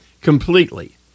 completely